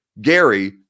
Gary